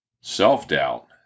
self-doubt